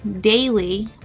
daily